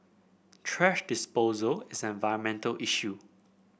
thrash disposal is an environmental issue